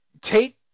take